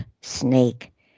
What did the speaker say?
snake